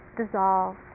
dissolve